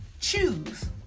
choose